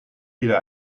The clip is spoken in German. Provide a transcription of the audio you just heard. wieder